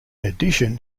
addition